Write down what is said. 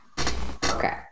Okay